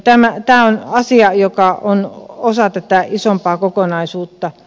tämä on asia joka on osa tätä isompaa kokonaisuutta